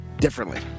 differently